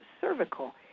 cervical